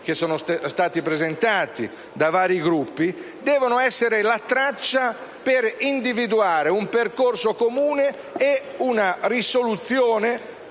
di legge presentati da vari Gruppi devono essere la traccia per individuare un percorso comune e una soluzione